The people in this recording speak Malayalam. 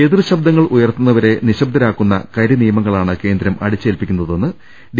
എതിർ ശബ്ദങ്ങൾ ഉയർത്തുന്നവരെ നിശ്ശബ്ദരാക്കുന്ന കരിനിയമങ്ങളാണ് കേന്ദ്രം അടിച്ചേൽപ്പിക്കുന്നതെന്ന് ഡി